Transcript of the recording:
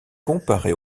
comparé